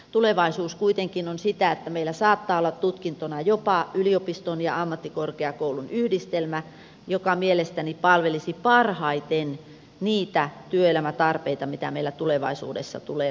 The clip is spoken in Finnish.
tulevaisuus kuitenkin on sitä että meillä saattaa olla tutkintona jopa yliopiston ja ammattikorkeakoulun yhdistelmä joka mielestäni palvelisi parhaiten niitä työelämän tarpeita mitä meillä tulevaisuudessa tulee olemaan